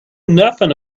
nothing